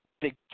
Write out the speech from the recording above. Big